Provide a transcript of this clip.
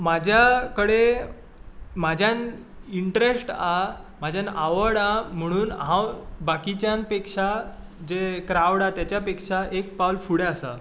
म्हाज्या कडेन म्हाज्यान इनट्रस्ट आहा म्हाज्यान आवड आहा म्हणून हांव बाकीच्यां पेक्षां जे क्राव्ड हा तेच्या पेक्षां एक पावल फुडें आसा